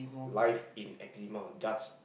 life in eczema that's